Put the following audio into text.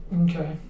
Okay